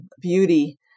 beauty